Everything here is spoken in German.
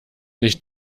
nicht